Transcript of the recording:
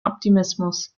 optimismus